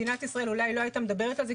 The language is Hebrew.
אולי מדינת ישראל לא היתה מדברת על זה,